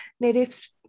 Native